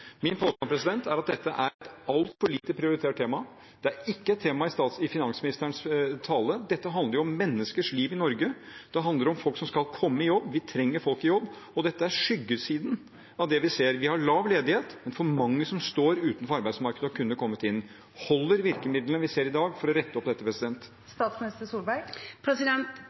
Min påstand er at dette er et altfor lite prioritert tema. Det var ikke et tema i finansministerens tale. Dette handler om menneskers liv i Norge. Det handler om folk som skal komme i jobb, og vi trenger folk i jobb. Det vi ser, er skyggesiden av dette. Vi har lav ledighet, men for mange som står utenfor arbeidsmarkedet, som kunne kommet inn. Holder virkemidlene vi ser i dag, for å rette opp dette?